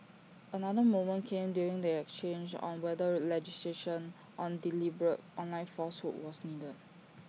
another moment came during the exchange on whether legislation on deliberate online falsehood was needed